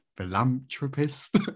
philanthropist